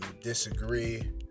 disagree